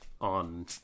on